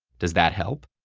does that help?